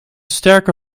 sterke